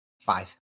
Five